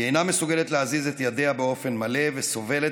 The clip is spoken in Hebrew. היא אינה מסוגלת להזיז את ידיה באופן מלא וסובלת